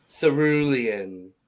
Cerulean